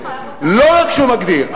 לא רק שהוא מגדיל,